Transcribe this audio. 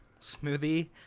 smoothie